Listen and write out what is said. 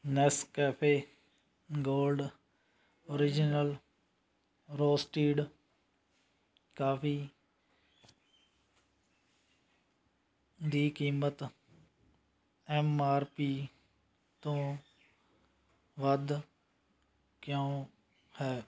Nescafe gold original roasted coffee ਦੀ ਕੀਮਤ M R P ਤੋਂ ਵੱਧ ਕਿਉਂ ਹੈ